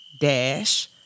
dash